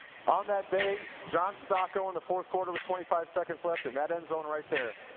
on that day, john stocco in the fourth quarter with twenty five seconds left, in that endzone right there,